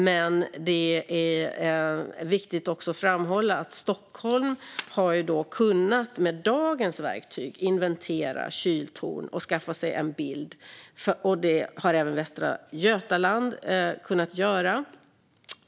Men det är också viktigt att framhålla att Stockholm och även Västra Götaland med dagens verktyg har kunnat inventera kyltorn.